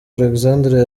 alexandre